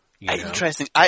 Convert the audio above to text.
Interesting